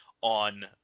on